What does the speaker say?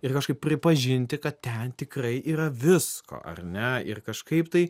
ir kažkaip pripažinti kad ten tikrai yra visko ar ne ir kažkaip tai